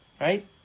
Right